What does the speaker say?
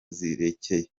zerekeye